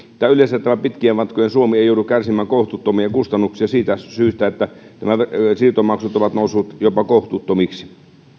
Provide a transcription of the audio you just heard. tai yleensä tämä pitkien matkojen suomi ei joudu kärsimään kohtuuttomia kustannuksia siitä syystä että nämä siirtomaksut ovat nousseet jopa kohtuuttomiksi